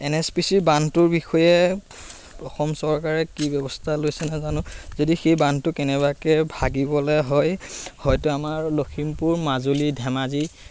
N S P C বান্ধটোৰ বিষয়ে অসম চৰকাৰে কি ব্যৱস্থা লৈছে নাই জানো যদি সেই বান্ধটো কেনেবাকৈ ভাগিবলৈ হয় হয়তো আমাৰ লখিমপুৰ মাজুলী ধেমাজি